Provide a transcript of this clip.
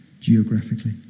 geographically